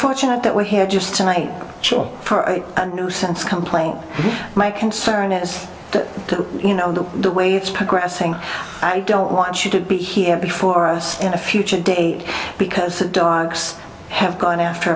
fortunate that we're here just tonight chill and nuisance complaint my concern is that you know that the way it's progressing i don't want you to be here before us in a future date because the dogs have gone after